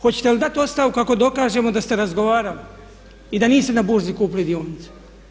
Hoćete li dati ostavku ako dokažemo da ste razgovarali i da niste na burzi kupili dionice?